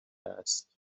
است